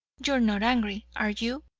you are not angry, are you?